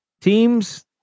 Teams